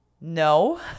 No